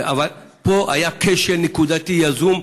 אבל פה היה כשל נקודתי יזום,